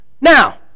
Now